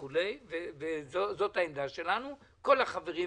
זאת העמדה שלנו וכל החברים